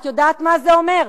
את יודעת מה זה אומר?